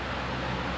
ya like